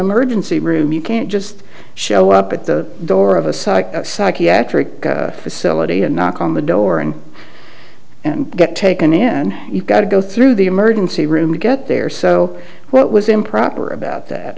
emergency room you can't just show up at the door of a psych psychiatric facility and knock on the door and and get taken in you've got to go through the emergency room to get there so what was improper about that